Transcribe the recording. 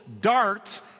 darts